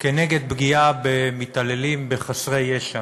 נגד מתעללים בחסרי ישע